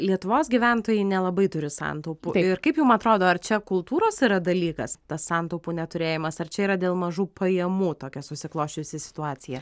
lietuvos gyventojai nelabai turi santaupų ir kaip jum atrodo ar čia kultūros yra dalykas tas santaupų neturėjimas ar čia yra dėl mažų pajamų tokia susiklosčiusi situacija